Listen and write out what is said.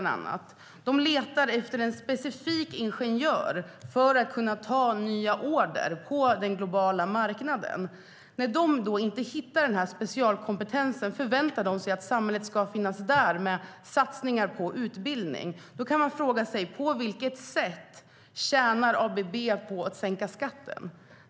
De letar efter en specifik ingenjör för att kunna ta nya ordrar på den globala marknaden. När de inte hittar denna specialkompetens förväntar de sig att samhället ska ställa upp med satsningar på utbildning. Hur gynnar det ABB om skatten sänks?